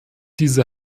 diese